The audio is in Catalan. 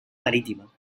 marítima